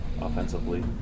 offensively